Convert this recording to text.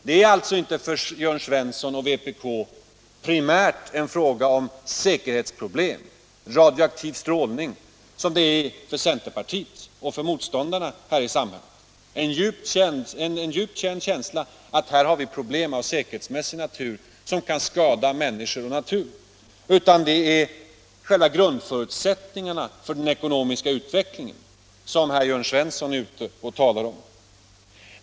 Det är alltså för Jörn Svensson och vpk inte primärt en fråga om säkerhetsproblem, radioaktiv strålning, som det är för centerpartiet och för övriga motståndare till kärnkraften — en djupt känd oro för säkerhetsmässiga problem som kan skada människor och natur — utan det är själva grundförutsättningarna för den ekonomiska utvecklingen som Jörn Svensson talar om.